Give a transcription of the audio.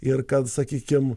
ir kad sakykim